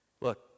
Look